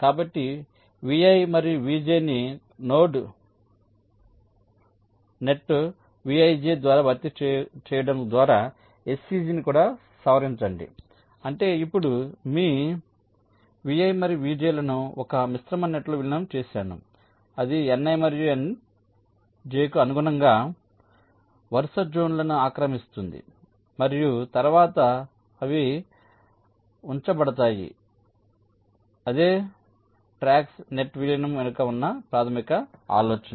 కాబట్టి Vi మరియు Vj ని నోడ్ నెట్ Vij ద్వారా భర్తీ చేయడం ద్వారా HCG ని కూడా సవరించండి అంటే ఇప్పుడు నేను Vi మరియు Vj లను ఒక మిశ్రమ నెట్లో విలీనం చేసాను ఇది Ni మరియు Nj కు అనుగుణంగా వరుస జోన్లను ఆక్రమిస్తుంది మరియు తరువాత అవి ఉంచబడతాయి అదే ట్రాక్ నెట్ విలీనం వెనుక ఉన్న ప్రాథమిక ఆలోచన